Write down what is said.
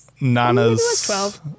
nana's